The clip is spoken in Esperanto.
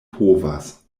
povas